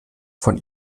von